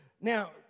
now